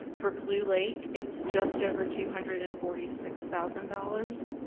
for blue lake it's just over two hundred and forty six thousand dollars.